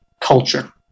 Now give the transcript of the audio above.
culture